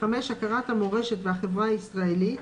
הכרת המורשת והחברה הישראלית,